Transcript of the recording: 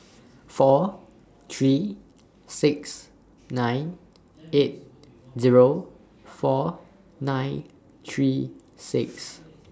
four three six nine eight Zero four nine three six